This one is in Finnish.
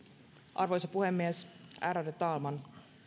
arvoisa puhemies ärade talman